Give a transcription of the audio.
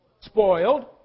spoiled